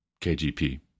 KGP